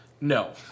No